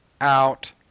out